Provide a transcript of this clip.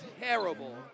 terrible